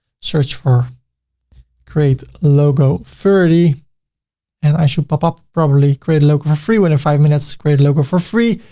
search for create logo ferdy and i should pop up, probably, create a logo for free with in five minutes. create a logo for free,